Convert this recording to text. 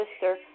sister